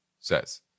says